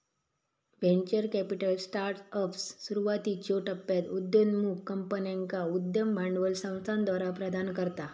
venture capital startups, सुरुवातीच्यो टप्प्यात उदयोन्मुख कंपन्यांका उद्यम भांडवल संस्थाद्वारा प्रदान करता